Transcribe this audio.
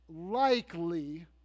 likely